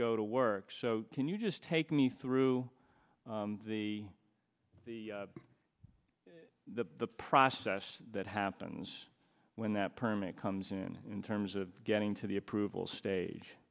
go to work so can you just take me through the the process that happens when that permit comes in in terms of getting to the approval stage